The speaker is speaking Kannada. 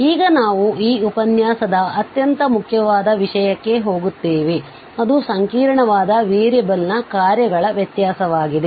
ಈಗ ನಾವು ಈ ಉಪನ್ಯಾಸದ ಅತ್ಯಂತ ಮುಖ್ಯವಾದ ವಿಷಯಕ್ಕೆ ಹೋಗುತ್ತೇವೆ ಅದು ಸಂಕೀರ್ಣವಾದ ವೇರಿಯೇಬಲ್ನ ಕಾರ್ಯಗಳ ವ್ಯತ್ಯಾಸವಾಗಿದೆ